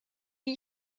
wie